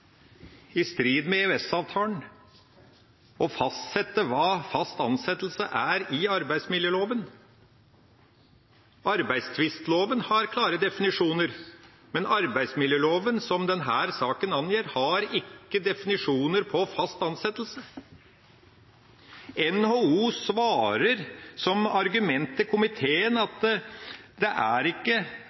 i strid med EØS-avtalen å fastsette hva fast ansettelse er i arbeidsmiljøloven. Arbeidstvistloven har klare definisjoner, men arbeidsmiljøloven, som denne saken gjelder, har ikke definisjoner på fast ansettelse. NHO svarer med som argument til komiteen at det ikke er